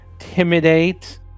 intimidate